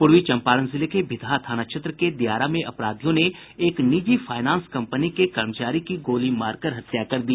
पूर्वी चंपारण जिले के भितहा थाना क्षेत्र के दियारा में अपराधियों ने एक निजी फायनांस कंपनी के कर्मचारी की गोली मारकर हत्या कर दी